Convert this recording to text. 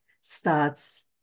starts